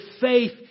faith